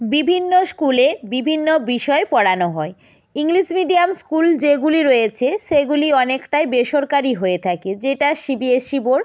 বিভিন্ন স্কুলে বিভিন্ন বিষয় পড়ানো হয় ইংলিশ মিডিয়াম স্কুল যেগুলি রয়েছে সেগুলি অনেকটাই বেসরকারি হয়ে থাকে যেটা সিবিএসসি বোর্ড